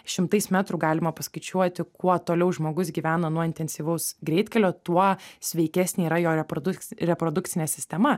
šimtais metrų galima paskaičiuoti kuo toliau žmogus gyvena nuo intensyvaus greitkelio tuo sveikesnė yra jo reprodukc reprodukcinė sistema